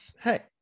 Hey